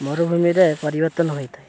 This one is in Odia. ମରୁଭୂମିରେ ପରିବର୍ତ୍ତନ ହୋଇଥାଏ